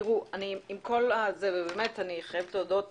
אני חייבת להודות